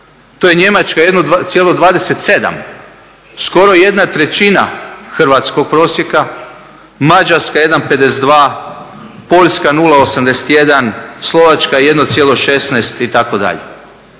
to je Njemačka 1,27 skor 1/3 hrvatskog prosjeka, Mađarska 1,52, Poljska 0,81, Slovačka 1,16 itd.